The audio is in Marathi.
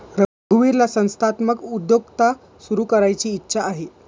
रघुवीरला संस्थात्मक उद्योजकता सुरू करायची इच्छा आहे